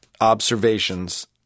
observations